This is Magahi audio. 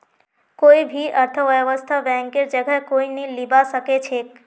कोई भी अर्थव्यवस्थात बैंकेर जगह कोई नी लीबा सके छेक